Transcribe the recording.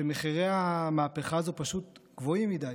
שמחירי המהפכה הזו פשוט גבוהים מדי.